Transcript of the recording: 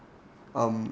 um